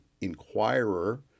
inquirer